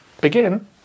begin